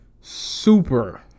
super